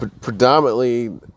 Predominantly